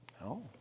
No